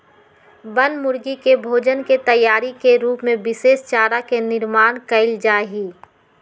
बनमुर्गी के भोजन के तैयारी के रूप में विशेष चारा के निर्माण कइल जाहई